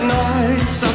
nights